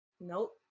nope